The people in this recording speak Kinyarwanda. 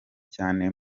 cyane